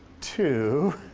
two,